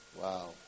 Wow